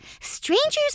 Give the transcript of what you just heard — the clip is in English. Strangers